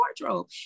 wardrobe